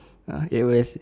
!huh! always